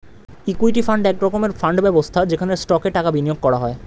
equity fund এক রকমের fund ব্যবস্থা যেখানে স্টকে টাকা বিনিয়োগ করা হয়